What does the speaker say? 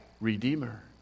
Redeemer